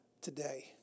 today